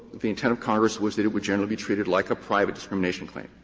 the intent of congress was that it would generally be treated like a private discrimination claim.